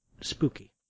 spooky